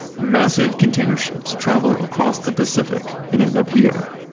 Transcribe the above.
massive container ships travel across the pacific and end up here.